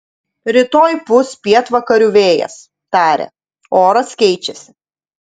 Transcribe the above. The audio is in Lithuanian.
rytoj pūs pietvakarių vėjas tarė oras keičiasi